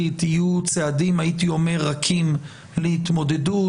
יהיו צעדים הייתי אומר רכים להתמודדות,